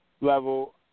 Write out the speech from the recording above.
level